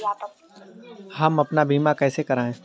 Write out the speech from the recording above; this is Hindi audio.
हम अपना बीमा कैसे कराए?